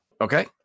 Okay